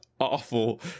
awful